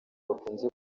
bakunze